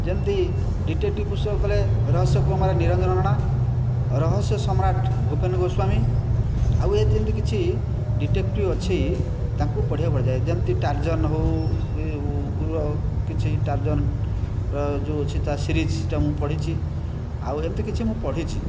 ଯେମିତି ଡିଟେକ୍ଟିଭ ପୁସ୍ତକ କହିଲେ ରହସ୍ୟ କୁମାର ନିରଞ୍ଜନ ରଣା ରହସ୍ୟ ସମ୍ରାଟ ଭୂପେନ ଗୋସ୍ଵାମୀ ଆଉ ଏମିତି କିଛି ଡିଟେକ୍ଟିଭ ଅଛି ତାକୁ ପଢିଆକୁ ଭଲଲାଗେ ଯେମିତି ଟାର୍ଜନ ହେଉ କିଛି ଟାର୍ଜନର ଯେଉଁ ଅଛି ତା ସିରିଜ୍ଟା ମୁଁ ପଢିଛି ଆଉ ଏମିତି କିଛି ମୁଁ ପଢିଛି